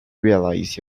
realize